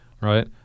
Right